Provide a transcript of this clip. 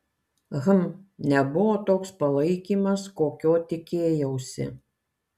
hm nebuvo toks palaikymas kokio tikėjausi